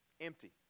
empty